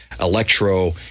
electro